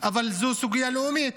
אבל זו סוגיה לאומית.